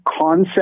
concept